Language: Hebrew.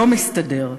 לא מסתדר.